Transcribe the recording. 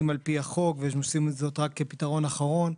על פי החוק והם עושים זאת רק כפתרון אחרון,